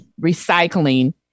recycling